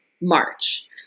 March